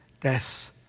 death